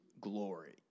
Glory